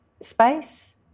space